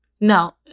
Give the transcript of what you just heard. No